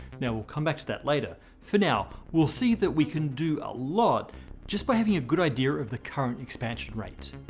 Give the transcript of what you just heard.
now we'll come back to that later. for now, we'll see that we can do a lot just but having a good idea of the current expansion rate.